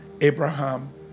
Abraham